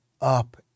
up